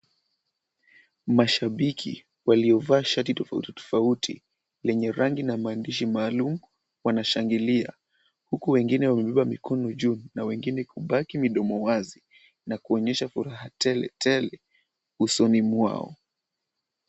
Mashabiki waliovaa shati tofauti tofauti lenye rangi na maandishi maalum wanashangilia huku wengine wamebeba mikono juu na wengine kubaki midomo wazi na kuonyesha furaha teletele usoni mwao.